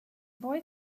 boy